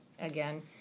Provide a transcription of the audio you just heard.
again